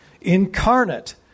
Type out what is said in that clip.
incarnate